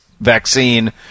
vaccine